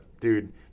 dude